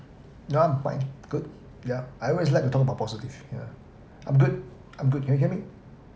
done fine good yeah I always like to talk about positive yeah I'm good I'm good can you hear me